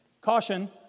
Caution